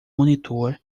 monitor